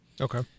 Okay